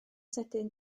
sydyn